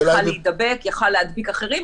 יכל להידבק,